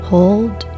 Hold